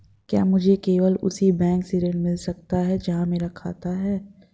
क्या मुझे केवल उसी बैंक से ऋण मिल सकता है जहां मेरा खाता है?